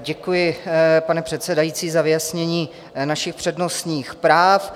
Děkuji, pane předsedající, za vyjasnění našich přednostních práv.